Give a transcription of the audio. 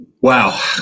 Wow